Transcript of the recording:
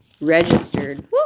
registered